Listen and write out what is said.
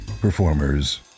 performers